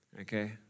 okay